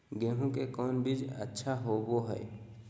गेंहू के कौन बीज अच्छा होबो हाय?